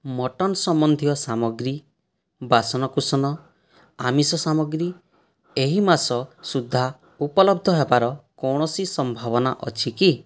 mutton ସମ୍ବନ୍ଧୀୟ ସାମଗ୍ରୀ ବାସନକୁସନ ଆମିଷ ସାମଗ୍ରୀ ଏହି ମାସ ସୁଦ୍ଧା ଉପଲବ୍ଧ ହେବାର କୌଣସି ସମ୍ଭାବନା ଅଛି କି